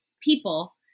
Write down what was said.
people